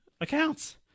accounts